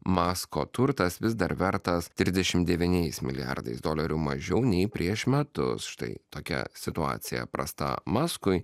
masko turtas vis dar vertas trisdešim devyniais milijardais dolerių mažiau nei prieš metus štai tokia situacija prasta maskui